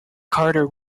carter